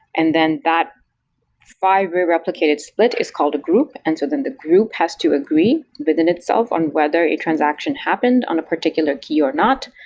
and then that five re-replicated split is called the group. and so then the group has to agree within itself on whether a transaction happened on a particular key or not.